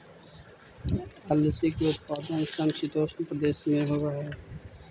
अलसी के उत्पादन समशीतोष्ण प्रदेश में होवऽ हई